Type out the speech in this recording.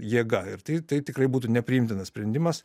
jėga ir taip tai tikrai būtų nepriimtinas sprendimas